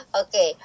Okay